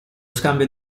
scambio